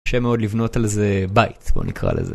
קשה מאוד לבנות על זה בית, בוא נקרא לזה.